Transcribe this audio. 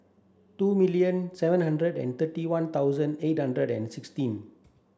two million seven hundred and thirty one thousand eight hundred and sixteen